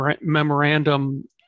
memorandum